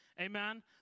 Amen